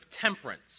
temperance